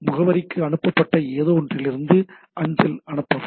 முகவரிக்கு அனுப்பப்பட்ட ஏதோவொன்றிலிருந்து அஞ்சல் அனுப்பவும்